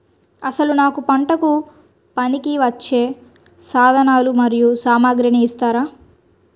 అసలు నాకు పంటకు పనికివచ్చే సాధనాలు మరియు సామగ్రిని ఇస్తారా?